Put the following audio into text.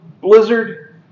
blizzard